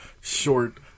short